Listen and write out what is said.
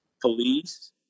Police